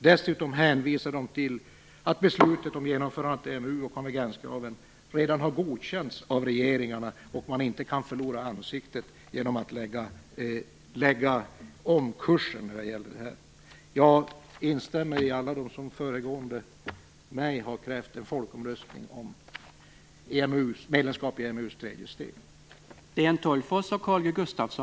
Dessutom hänvisar de till att beslutet att genomföra EMU och konvergenskraven redan har godkänts av regeringarna. Man kan inte förlora ansiktet genom att lägga om kursen. Jag instämmer med alla dem som före mig har krävt en folkomröstning om medlemskap i EMU:s tredje steg.